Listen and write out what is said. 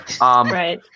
Right